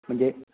म्हणजे